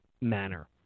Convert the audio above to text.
manner